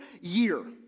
year